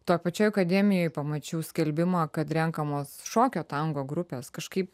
toj pačioj akademijoj pamačiau skelbimą kad renkamos šokio tango grupės kažkaip